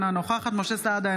אינה נוכחת משה סעדה,